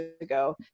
ago